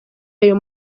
ayo